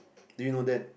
do you know that